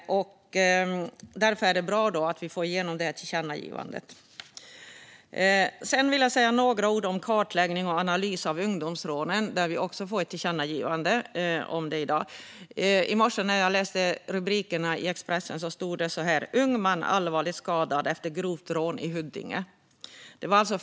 Därför är det bra att vi får igenom det här tillkännagivandet. Jag vill säga några ord om kartläggning och analys av ungdomsrånen, som vi också får ett tillkännagivande om i dag. I morse när jag läste rubrikerna i Expressen stod det "Ung man allvarligt skadad efter grovt rån i Huddinge".